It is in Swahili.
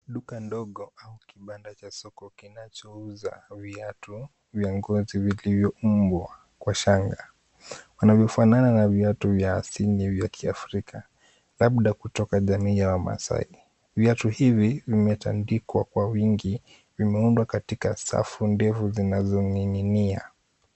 Duka ndogo au kibanda cha soko kinachouza viatu na nguo zilizoumbwa kwa shanga, wanavyofanana na viatu vya asili vya Kiafrika labda kutoka jamii ya wamaasai. Viatu hivi vimetandikwa kwa wingi, vimeundwa katika safu ndefu zinazoning'inia